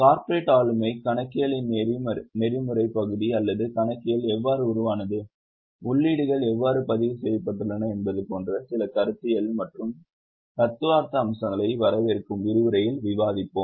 corporate ஆளுமை கணக்கியலின் நெறிமுறை பகுதி அல்லது கணக்கியல் எவ்வாறு உருவானது உள்ளீடுகள் எவ்வாறு பதிவு செய்யப்பட்டுள்ளன என்பது போன்ற சில கருத்தியல் மற்றும் தத்துவார்த்த அம்சங்களை வரவிருக்கும் விரிவுரைகளில் விவாதிப்போம்